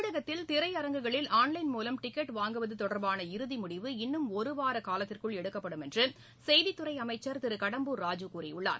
தமிழகத்தில் திரையரங்குகளில் ஆன்லைன் மூலம் டிக்கெட் வாங்குவது தொடர்பான இறுதி முடிவு இன்னும் ஒரு வாரக் காலத்திற்குள் எடுக்கப்படும் என்று செய்தித்துறை அமைச்சர் திரு கடம்பூர் ராஜூ கூறியுள்ளார்